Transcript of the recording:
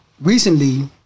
Recently